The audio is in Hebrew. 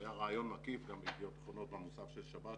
היה ראיון מקיף גם ב"ידיעות אחרונות" במוסף של שבת,